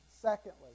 Secondly